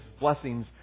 blessings